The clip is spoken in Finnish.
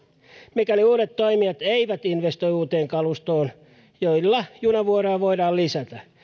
mikäli uudet toimijat eivät investoi uuteen kalustoon jolla junavuoroja voidaan lisätä